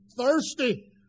thirsty